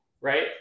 right